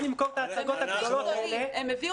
הם לא מצליחים למכור את ההצגות האלה כי